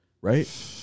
Right